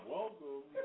Welcome